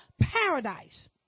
paradise